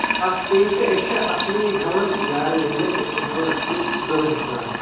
اَتھ پیٚیہِ تہٕ أسۍ چھِ اَصلی ہٮ۪وان یارٕ میٛانہِ أسۍ چھِ ہٮ۪وان اَصلی دۄہہٕ حِساب